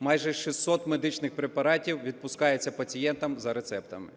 майже 600 медичних препаратів відпускаються пацієнтам за рецептами.